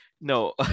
No